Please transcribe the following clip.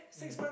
mm